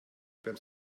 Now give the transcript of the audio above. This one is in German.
beim